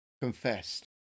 confessed